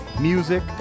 music